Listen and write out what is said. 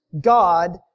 God